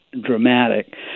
dramatic